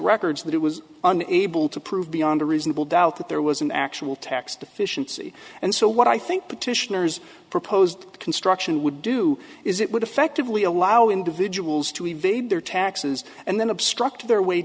records that it was unable to prove beyond a reasonable doubt that there was an actual tax deficiency and so what i think petitioners proposed construction would do is it would effectively allow individuals to evade their taxes and then obstruct their way